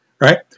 right